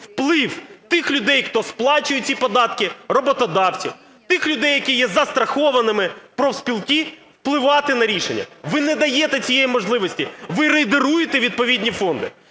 вплив тих людей, хто сплачує ці податки, роботодавців, тих людей, які є застрахованими, профспілки, впливати на рішення. Ви не даєте цієї можливості, ви рейдеруєте відповідні фонди